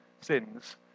sins